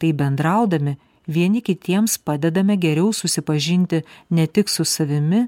taip bendraudami vieni kitiems padedame geriau susipažinti ne tik su savimi